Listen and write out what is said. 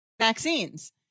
vaccines